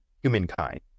humankind